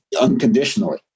unconditionally